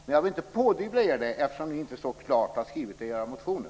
Men jag vill inte pådyvla er det, eftersom ni inte så klart har skrivit det i era motioner.